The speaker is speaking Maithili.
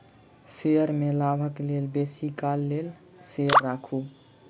शेयर में लाभक लेल बेसी काल लेल शेयर राखू